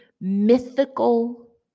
mythical